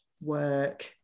work